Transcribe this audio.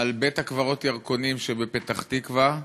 על בית-הקברות ירקונים שבפתח-תקווה,